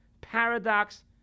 paradox